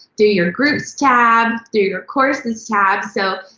through your groups tab, through your courses tab, so,